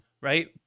Right